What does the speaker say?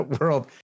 world